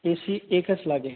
ए C एकच लागेल